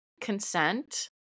consent